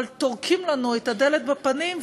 אבל טורקים לנו את הדלת בפנים,